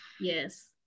yes